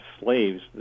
slaves